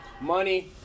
money